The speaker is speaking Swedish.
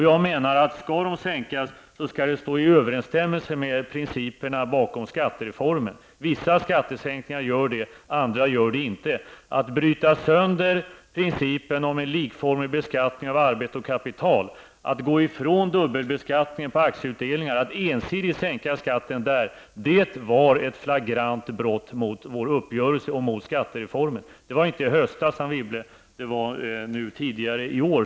Jag menar att om skatterna skall sänkas skall detta stå i överensstämmelse med principerna bakom skattereformen. Vissa skattesänkningar gör det, andra gör det inte. Att bryta sönder principen om en likformig beskattning av arbete och kapital, att gå ifrån dubbelbeskattningen på aktieutdelningar, att ensidigt sänka skatten där, var ett flagrant brott mot vår uppgörelse om skattereformen. Detta skedde inte i höstas, Anne Wibble, utan det skedde tidigare i år.